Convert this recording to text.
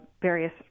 various